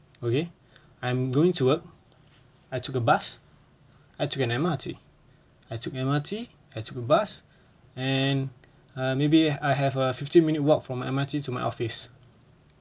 okay I'm going to work I took a bus I took an M_R_T I took M_R_T I took a bus and uh maybe I have a fifteen minute walk from M_R_T to my office